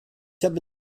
habe